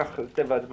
זה טבע הדברים,